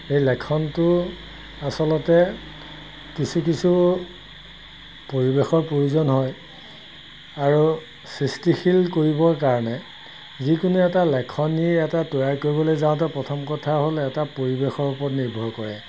এই লেখনটো আচলতে কিছু কিছু পৰিৱেশৰ প্ৰয়োজন হয় আৰু সৃষ্টিশীল কৰিবৰ কাৰণে যিকোনো এটা লেখনি এটা তৈয়াৰ কৰিবলৈ যাওঁতে প্ৰথম কথা হ'ল এটা পৰিৱেশৰ ওপৰত নিৰ্ভৰ কৰে